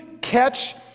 catch